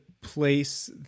place